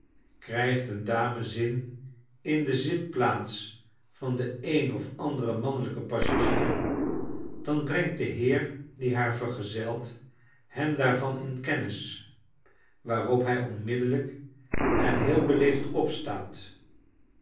krijgt een dame zin in de zitplaats van den een of anderen mannelijken passagier dan brengt de heer die haar vergezelt hem daarvan in kennis waarop hij onmi'dddllyk en heel beleefd opstaat